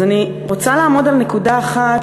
אז אני רוצה לעמוד על נקודה אחת,